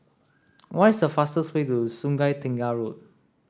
what is the fastest way to Sungei Tengah Road